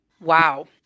wow